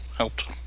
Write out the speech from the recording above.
Helped